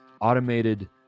automated